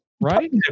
right